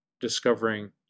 discovering